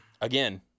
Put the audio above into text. Again